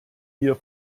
hier